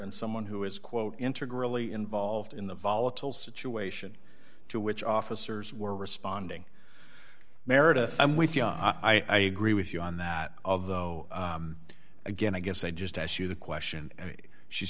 and someone who is quote entered really involved in the volatile situation to which officers were responding meredith i'm with ya i agree with you on that of though again i guess i just as you the question she's